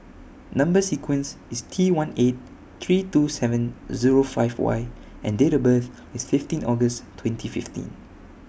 Number sequence IS T one eight three two seven Zero five Y and Date of birth IS fifteen August twenty fifteen